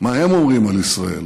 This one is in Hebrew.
מה הם אומרים על ישראל.